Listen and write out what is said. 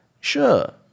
Sure